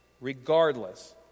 Regardless